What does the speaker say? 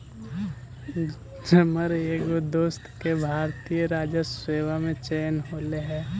जमर एगो दोस्त के भारतीय राजस्व सेवा में चयन होले हे